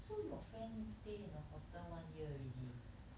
so your friend stay in a hostel one year already